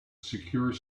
secure